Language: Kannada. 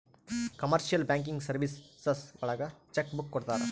ಕಮರ್ಶಿಯಲ್ ಬ್ಯಾಂಕಿಂಗ್ ಸರ್ವೀಸಸ್ ಒಳಗ ಚೆಕ್ ಬುಕ್ ಕೊಡ್ತಾರ